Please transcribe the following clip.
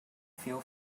feel